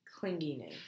clinginess